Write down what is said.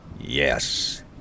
Yes